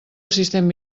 assistent